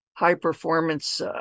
high-performance